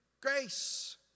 grace